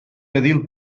edil